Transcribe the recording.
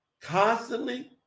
constantly